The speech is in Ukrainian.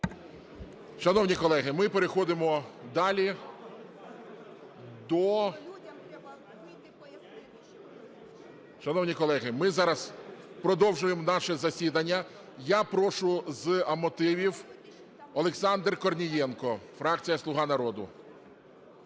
Шановні колеги, ми зараз продовжуємо наше засідання. Я прошу з мотивів - Олександр Корнієнко, фракція "Слуга народу".